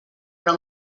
però